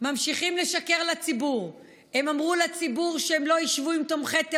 ממשיכים לשקר לציבור: הם אמרו לציבור שהם לא ישבו עם תומכי טרור,